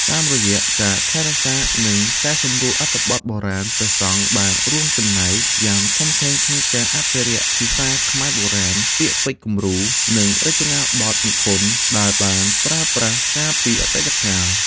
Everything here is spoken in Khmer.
តាមរយៈការថែរក្សានិងកែសម្រួលអត្ថបទបុរាណ ព្រះសង្ឃបានរួមចំណែកយ៉ាងធំធេងក្នុងការអភិរក្សភាសាខ្មែរបុរាណ ពាក្យពេចន៍គំរូ និងរចនាបថនិពន្ធដែលបានប្រើប្រាស់កាលពីអតីតកាល។